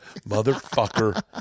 Motherfucker